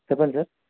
చెప్పండి సార్